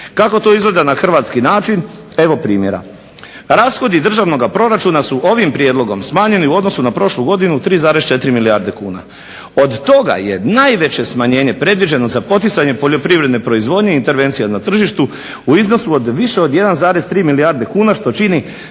Kako to izgleda na hrvatski način evo primjera. Rashodi državnoga proračuna su ovim prijedlogom smanjeni u odnosu na prošlu godinu 3,4 milijarde kuna. Od toga je najveće smanjenje predviđeno za poticanje poljoprivredne proizvodnje, intervencija na tržištu u iznosu od više od 1,3 milijarde kuna što čini